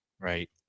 right